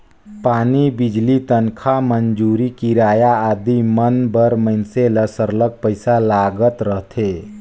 पानी, बिजली, तनखा, मंजूरी, किराया आदि मन बर मइनसे ल सरलग पइसा लागत रहथे